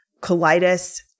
colitis